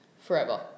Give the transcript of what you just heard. forever